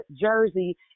Jersey